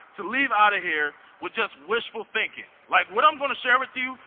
to leave out of here with just wishful thinking, like what i'm gonna share with you,